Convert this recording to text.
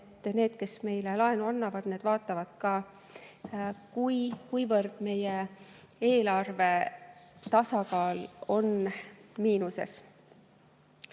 et need, kes meile laenu annavad, vaatavad ka seda, kuivõrd meie eelarve tasakaal on miinuses.